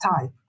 type